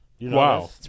Wow